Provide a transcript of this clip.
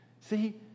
See